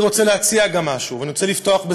אני רוצה להציע משהו ואני רוצה לפתוח בסיפור.